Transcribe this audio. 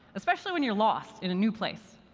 especially when you're lost in a new place.